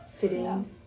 fitting